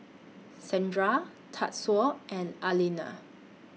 Sandra Tatsuo and Alena